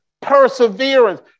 perseverance